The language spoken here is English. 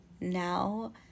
now